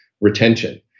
retention